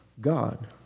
God